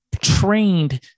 trained